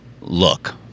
look